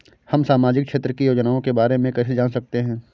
हम सामाजिक क्षेत्र की योजनाओं के बारे में कैसे जान सकते हैं?